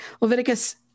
Leviticus